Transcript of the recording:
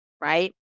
Right